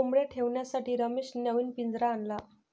कोंबडया ठेवण्यासाठी रमेशने नवीन पिंजरा आणला